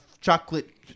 chocolate